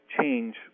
change